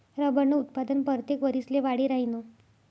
रबरनं उत्पादन परतेक वरिसले वाढी राहीनं